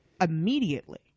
immediately